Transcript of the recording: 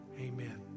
Amen